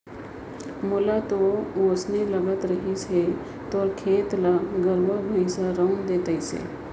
मोला तो वोसने लगत रहिस हे तोर खेत ल गरुवा भइंसा रउंद दे तइसे